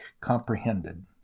comprehended